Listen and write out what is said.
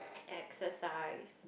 exercise